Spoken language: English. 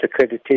accreditation